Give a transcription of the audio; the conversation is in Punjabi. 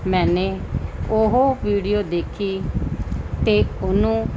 ਮੈਨੇ ਉਹ ਵੀਡੀਓ ਦੇਖੀ ਅਤੇ ਉਹਨੂੰ